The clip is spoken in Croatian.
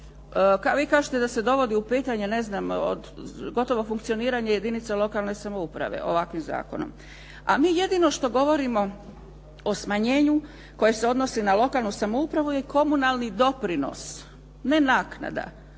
vi kažete da se dovodi u pitanje, ne znam, gotovo funkcioniranje jedinica lokalne samouprave, a mi jedino što govorimo o smanjenju koje se odnosi na lokalnu samoupravu je komunalni doprinos, ne naknada,